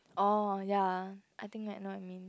oh ya I think I know what you mean